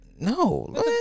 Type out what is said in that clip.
No